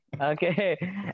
okay